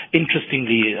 interestingly